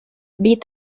beat